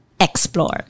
Explore